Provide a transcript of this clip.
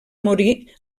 morir